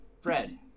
Fred